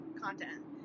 content